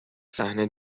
صحنه